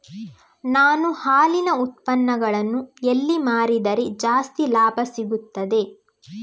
ನಾನು ಹಾಲಿನ ಉತ್ಪನ್ನಗಳನ್ನು ಎಲ್ಲಿ ಮಾರಿದರೆ ಜಾಸ್ತಿ ಲಾಭ ಸಿಗುತ್ತದೆ?